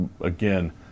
again